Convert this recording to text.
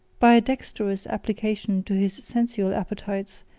by a dexterous application to his sensual appetites,